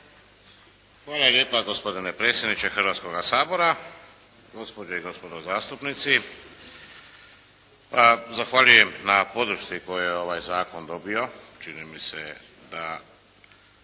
Hvala lijepa gospodine predsjedniče Hrvatskoga sabora, gospođe i gospodo zastupnici. Zahvaljujem na podršci koju je ovaj zakon dobio. Čini mi se da